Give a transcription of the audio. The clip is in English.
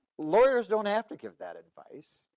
lawyers don't have to give that advice.